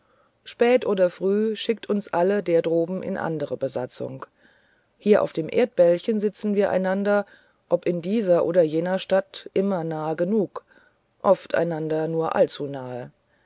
spät oder früh schickt uns alle der droben in andere besatzung hier auf dem erdbällchen sitzen wie einander ob in dieser oder jener stadt immer nahe genug oft einander nur allzunahe